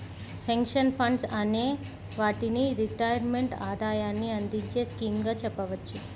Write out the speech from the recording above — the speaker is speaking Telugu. పెన్షన్ ఫండ్స్ అనే వాటిని రిటైర్మెంట్ ఆదాయాన్ని అందించే స్కీమ్స్ గా చెప్పవచ్చు